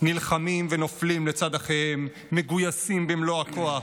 נלחמים ונופלים לצד אחיהם, מגויסים במלוא הכוח.